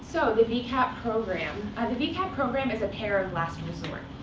so the vcap program and the vcap program is a payer of last resort.